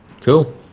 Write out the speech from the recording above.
Cool